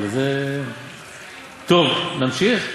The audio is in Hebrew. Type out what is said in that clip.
טוב, נמשיך,